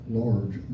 large